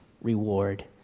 reward